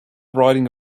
writing